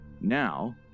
Now